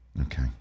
Okay